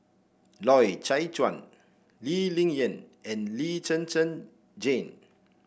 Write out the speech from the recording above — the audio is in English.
Loy Chye Chuan Lee Ling Yen and Lee Zhen Zhen Jane